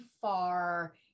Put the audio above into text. far